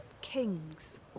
Kings